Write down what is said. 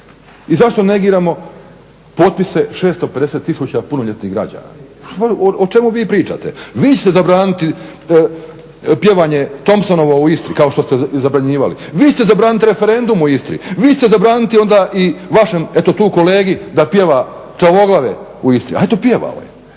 i zašto negiramo potpise 650 tisuća punoljetnih građana? O čemu vi pričate? Vi ćete zabraniti pjevanje Thompsonovno u Istri kao što ste i zabranjivali, vi ćete zabraniti referendum u Istri, vi ćete zabraniti i onda vašem eto tu kolegi da pjeva Čavoglave u Istri, a eto pjevao je.